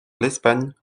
l’espagne